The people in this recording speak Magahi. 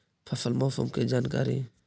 फसल मौसम के जानकारी?